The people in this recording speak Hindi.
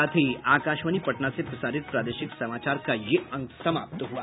इसके साथ ही आकाशवाणी पटना से प्रसारित प्रादेशिक समाचार का ये अंक समाप्त हुआ